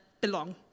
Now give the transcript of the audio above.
belong